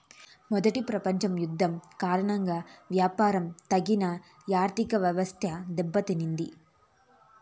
మొదటి ప్రపంచ యుద్ధం కారణంగా వ్యాపారం తగిన ఆర్థికవ్యవస్థ దెబ్బతింది